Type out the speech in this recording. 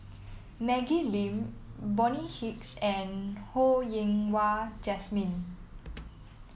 Maggie Lim Bonny Hicks and Ho Yen Wah Jesmine